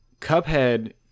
Cuphead